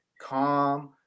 calm